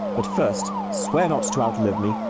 but first swear not to outlive me.